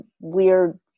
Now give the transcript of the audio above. weird